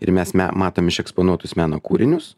ir mes me matom iš eksponuotus meno kūrinius